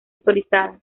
autorizada